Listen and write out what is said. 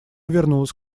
вернулась